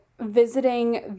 visiting